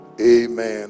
Amen